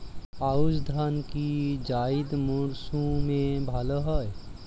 আউশ ধান কি জায়িদ মরসুমে ভালো হয়?